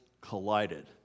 collided